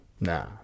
Nah